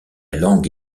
langue